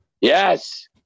Yes